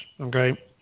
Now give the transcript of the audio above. Okay